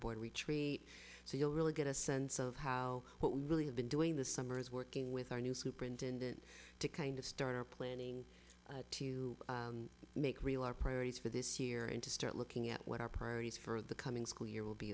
board retreat so you'll really get a sense of how what we really have been doing this summer is working with our new superintendent to kind of start our planning to make real our priorities for this year and to start looking at what our priorities for the coming school year will be